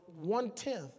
one-tenth